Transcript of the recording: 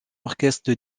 orchestre